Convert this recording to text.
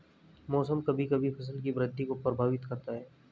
मौसम कभी कभी फसल की वृद्धि को प्रभावित करता है